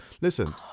Listen